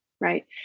right